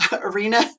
arena